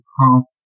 half